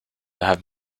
have